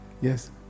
yes